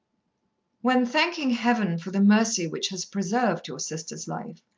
when thanking heaven for the mercy which has preserved your sister's life,